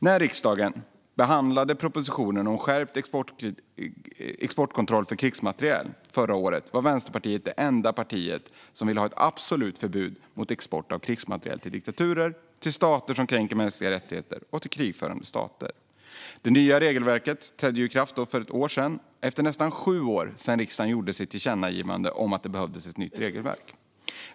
När riksdagen förra året behandlade propositionen om skärpt exportkontroll för krigsmateriel var Vänsterpartiet det enda parti som ville ha ett absolut förbud mot export av krigsmateriel till diktaturer, till stater som kränker mänskliga rättigheter och till krigförande stater. Det nya regelverket trädde i kraft för ett år sedan, nästan sju år efter att riksdagen gjort sitt tillkännagivande om att det behövdes ett nytt regelverk.